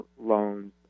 loans